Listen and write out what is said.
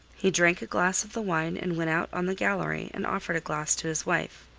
he drank a glass of the wine and went out on the gallery and offered a glass to his wife.